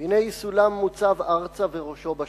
"והנה סולם מוצב ארצה וראשו בשמים".